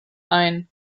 ein